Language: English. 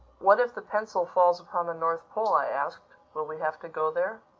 what if the pencil falls upon the north pole, i asked, will we have to go there?